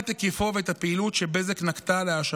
תקשיבי, ואני חושב שתצטרפי לזה.